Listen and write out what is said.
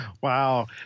Wow